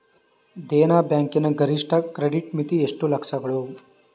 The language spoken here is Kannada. ದೇನಾ ಬ್ಯಾಂಕ್ ನ ಗರಿಷ್ಠ ಕ್ರೆಡಿಟ್ ಮಿತಿ ಎಷ್ಟು ಲಕ್ಷಗಳು?